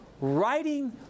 writing